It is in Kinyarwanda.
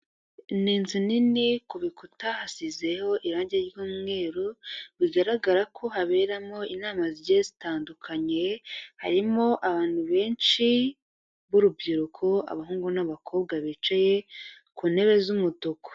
Ni inzu nini ku bikuta hasizeho irangi ry'umweru bigaragara ko haberamo inama zigiye zitandukanye, harimo abantu benshi b'urubyiruko abahungu n'abakobwa bicaye ku ntebe z'umutuku.